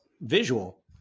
visual